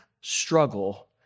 struggle